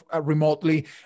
remotely